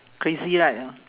crazy right